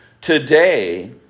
today